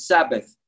Sabbath